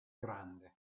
grande